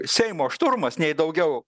seimo šturmas nei daugiau